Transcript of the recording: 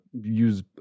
use